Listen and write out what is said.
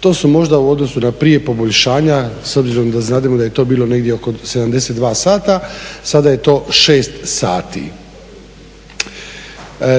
To su možda u odnosu na prije poboljšanja s obzirom da znademo da je to bilo negdje oko 72 sata, sada je to 6 sati.